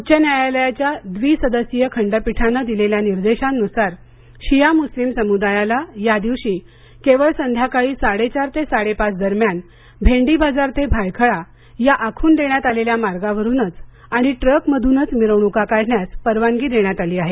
उच्च न्यालयाच्या द्वी सदस्यीय खंडपीठाने दिलेल्या निर्देशांनुसार शिया मुस्लीम समुदायाला या दिवशी केवळ संध्याकाळी साडेचार ते साडेपाच दरम्यान भेंडी बाजार ते भायखळा या आखून देण्यात आलेल्या मार्गावरूनच आणि ट्रक मधूनच मिरवणुका काढण्यास परवानगी देण्यात आली आहे